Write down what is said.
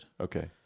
Okay